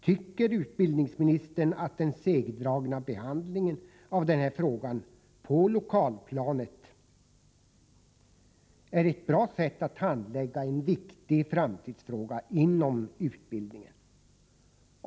Tycker utbildningsministern att den segdragna behandlingen av den här frågan på lokalplanet är ett bra sätt att handlägga en viktig framtidsfråga inom utbildningen?